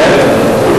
נכון?